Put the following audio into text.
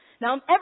Now